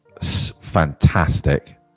fantastic